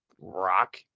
rock